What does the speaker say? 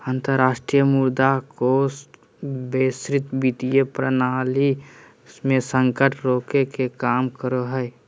अंतरराष्ट्रीय मुद्रा कोष वैश्विक वित्तीय प्रणाली मे संकट रोके के काम करो हय